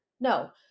No